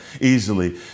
easily